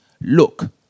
look